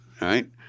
right